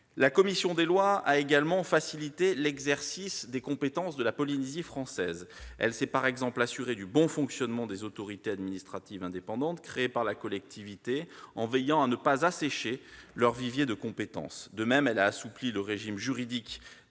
La commission des lois a également facilité l'exercice des compétences de la Polynésie française. Elle s'est par exemple assurée du bon fonctionnement des autorités administratives indépendantes créées par la collectivité en veillant à ne pas assécher leur vivier de compétences. De même, elle a assoupli le régime juridique